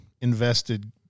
invested